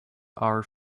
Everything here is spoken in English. are